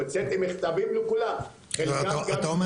הוצאתי מכתבים לכולם --- אתה אומר